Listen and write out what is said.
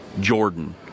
Jordan